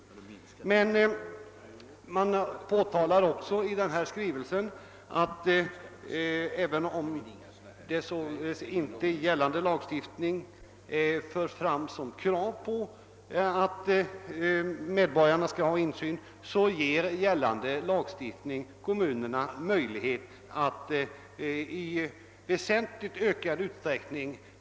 Men i skrivelsen framhölls också att även om medborgarna sålunda inte kan kräva insyn har kommunerna möjlighet att i betydligt större utsträckning.